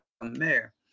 mayor